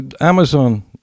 Amazon